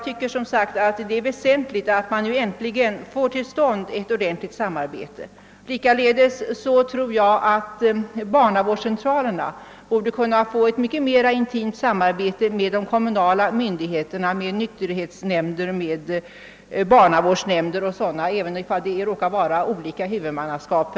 Det är som sagt väsentligt att man nu äntligen får till stånd ett sådant samarbete. Likaså anser jag att barnavårdscentralerna borde kunna ha ett mycket mera intimt samarbete med kommunala nämnder, såsom nykterhetsnämnd, barnavårdsnämnd o.s.v., även om dessa faller under ett annat huvudmannaskap.